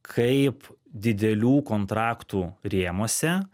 kaip didelių kontraktų rėmuose